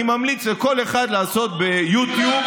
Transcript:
אני ממליץ לכל אחד לראות ביוטיוב.